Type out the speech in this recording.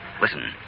Listen